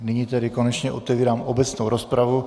Nyní tedy konečně otevírám obecnou rozpravu.